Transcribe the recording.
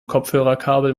kopfhörerkabel